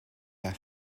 pas